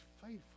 faithful